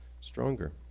stronger